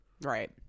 Right